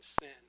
sin